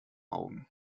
augen